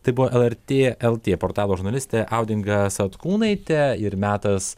tai buvo lrt lt portalo žurnalistė audinga satkūnaitė ir metas